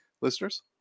listeners